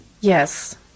Yes